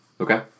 Okay